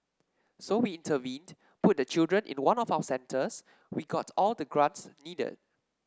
so we intervened put the children in one of our centers we got all the grants needed